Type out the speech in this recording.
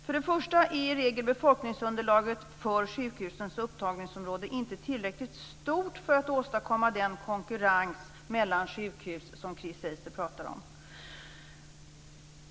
Först och främst är i regel befolkningsunderlaget för sjukhusens upptagningsområde inte tillräckligt stort för att åstadkomma den konkurrens mellan sjukhus som Chris Heister talar om.